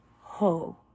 ho